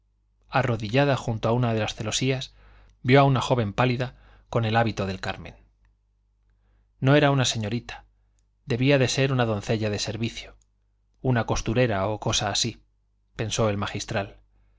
arrodillada junto a una de las celosías vio una joven pálida con hábito del carmen no era una señorita debía de ser una doncella de servicio una costurera o cosa así pensó el magistral